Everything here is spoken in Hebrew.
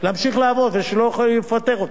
ולא יכולים לפטר אותו.